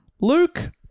Luke